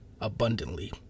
abundantly